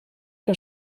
der